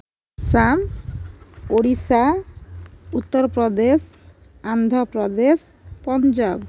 Assam Odisha Uttar Pradesh Andhra Pradesh Punjab